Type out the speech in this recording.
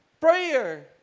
prayer